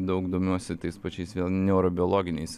daug domiuosi tais pačiais vėl niaurobiologiniais